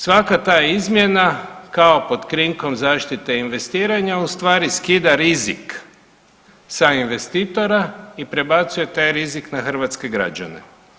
Svaka ta izmjena kao pod krinkom zaštite investiranja ustvari skida rizik sa investitora i prebacuje taj rizik na Hrvatske građane.